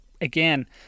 again